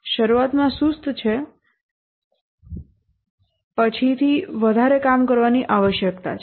શરૂઆતમાં સુસ્ત છે પછીથી વધારે કામ કરવાની આવશ્યકતા છે